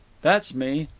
that's me.